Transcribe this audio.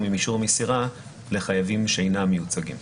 עם אישור מסירה לחייבים שאינם מיוצגים.